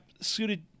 suited